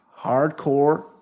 hardcore